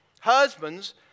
Husbands